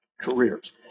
careers